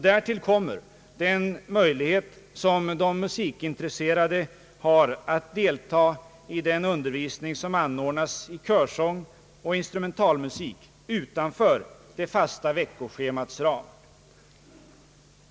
Därtill kommer den möjlighet som de musikintresserade har att delta i den undervisning som anordnas i körsång och instrumentalmusik utanför det fasta veckoschemats ram.